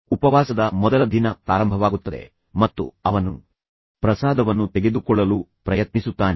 ಉಪವಾಸದ ಮೊದಲ ದಿನ ಪ್ರಾರಂಭವಾಗುತ್ತದೆ ಮತ್ತು ನಂತರ ಅವನು ಪ್ರಸಾದವನ್ನು ತೆಗೆದುಕೊಳ್ಳಲು ಪ್ರಯತ್ನಿಸುತ್ತಾನೆ